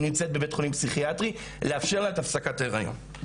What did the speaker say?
נמצאת בבית חולים פסיכיאטרי ולאפשר לה את הפסקת ההריון.